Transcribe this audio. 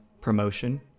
promotion